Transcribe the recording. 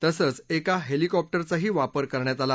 तसंच एका हेलिकॉप्टरचाही वापर करण्यात आला